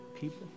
people